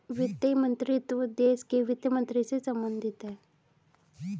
वित्त मंत्रीत्व देश के वित्त मंत्री से संबंधित है